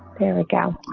there we go.